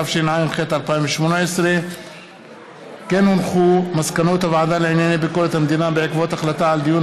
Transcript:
התשע"ח 2018. מסקנות הוועדה לענייני ביקורת המדינה בעקבות דיון